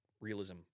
realism